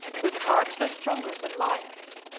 whose hearts were stronger than lions.